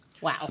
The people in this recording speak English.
Wow